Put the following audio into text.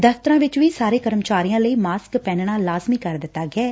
ਦਫ਼ਤਰਾਂ ਚ ਵੀ ਸਾਰੇ ਕਰਮਚਾਰੀਆਂ ਲਈ ਮਾਸਕ ਪਹਿਨਣਾ ਲਾਜ਼ਮੀ ਕਰ ਦਿੱਤਾ ਗਿਐ